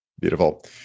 Beautiful